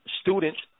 students